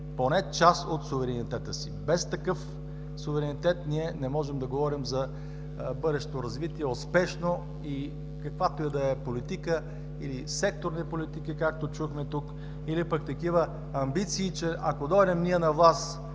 поне част от суверенитета си. Без такъв суверенитет ние не можем да говорим за бъдещо успешно развитие и каквато и да е политика, или секторни политики, както чухме тук, или пък амбиции, че, ако дойдем ние на власт,